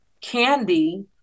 candy